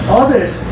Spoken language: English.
others